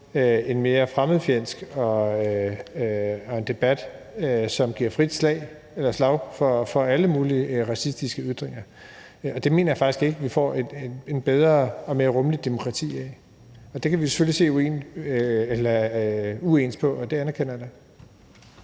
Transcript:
en mere fremmedfjendsk debat og en debat, som giver frit slag for alle mulige racistiske ytringer, og det mener jeg faktisk ikke vi får et bedre og mere rummeligt demokrati af. Det kan vi selvfølgelig se forskelligt på, og det anerkender jeg